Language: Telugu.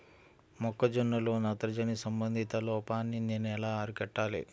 మొక్క జొన్నలో నత్రజని సంబంధిత లోపాన్ని నేను ఎలా అరికట్టాలి?